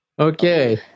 Okay